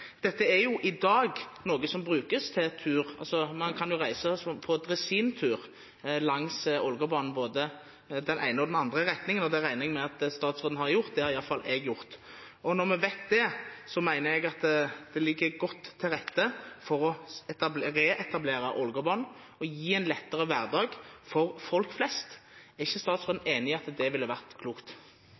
Dette er jo i dag noe som brukes til tur. Man kan reise på dresintur langs Ålgårdbanen i både den ene og den andre retningen, og det regner jeg med at statsråden har gjort. Det har i hvert fall jeg gjort. Når vi vet det, mener jeg at det ligger godt til rette for å reetablere Ålgårdbanen og gi en lettere hverdag for folk flest. Er ikke statsråden enig i at det ville vært klokt?